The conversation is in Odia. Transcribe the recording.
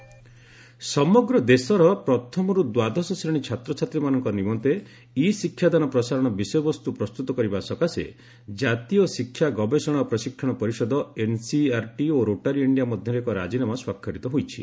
ଏନ୍ସିଇଆର୍ଟି ସମଗ୍ର ଦେଶର ପ୍ରଥମରୁ ଦ୍ୱାଦଶ ଶ୍ରେଣୀ ଛାତ୍ରଛାତ୍ରୀମାନଙ୍କ ନିମନ୍ତେ ଇ ଶିକ୍ଷାଦାନ ପ୍ରସାରଣ ବିଷୟବସ୍ତୁ ପ୍ରସ୍ତୁତ କରିବା ସକାଶେ ଜାତୀୟ ଶିକ୍ଷା ଗବେଷଣା ଓ ପ୍ରଶିକ୍ଷଣ ପରିଷଦ ଏନ୍ସିଇଆରଟି ଓ ରୋଟାରୀ ଇଣ୍ଡିଆ ମଧ୍ୟରେ ଏକ ରାଜିନାମା ସ୍ୱାକ୍ଷରିତ ହୋଇଛି